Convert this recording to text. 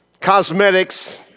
cosmetics